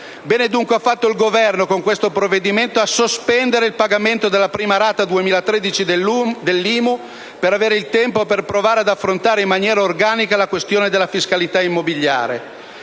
Bene dunque ha fatto il Governo, con questo provvedimento, a sospendere il pagamento della prima rata 2013 dell'IMU per avere il tempo di provare ad affrontare in maniera organica la questione della fiscalità immobiliare.